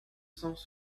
cents